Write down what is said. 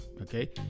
Okay